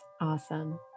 Awesome